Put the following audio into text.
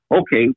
okay